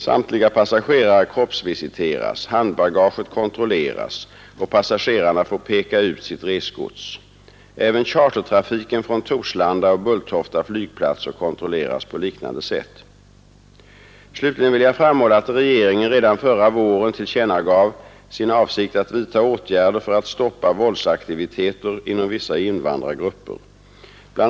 Samtliga passagerare kroppsvisiteras, handbagaget kontrolleras och passagerarna får peka ut sitt resgods. Även chartertrafiken från Torslanda och Bulltofta flygplatser kontrolleras på liknande sätt. Slutligen vill jag framhålla att regerigen redan förra våren tillkännagav sin avsikt att vidta åtgärder för att stoppa våldsaktiviteter inom vissa invandrargrupper. Bl.